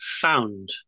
found